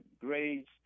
grades